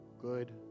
good